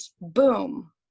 boom